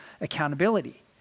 accountability